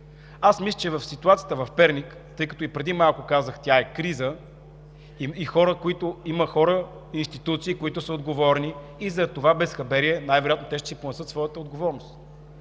Аз мисля за ситуацията в Перник, тъй като и преди малко казах, че тя е криза и има хора и институции, отговорни за това безхаберие, най-вероятно те ще си понесат своята отговорност.